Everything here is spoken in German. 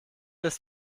ist